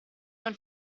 non